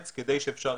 אני אומר דבר פשוט,